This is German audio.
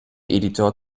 editor